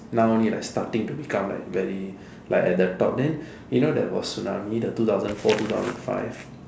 now only like starting to become like very like at the top then you know there was tsunami the two thousand four two thousand five